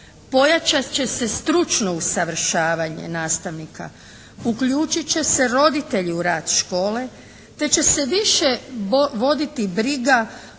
pojačat će se stručno usavršavanje nastavnika, uključit će se roditelji u rad škole, te će se više voditi briga